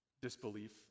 disbelief